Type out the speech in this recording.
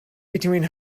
between